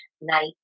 night